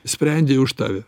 sprendė už tave